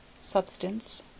Substance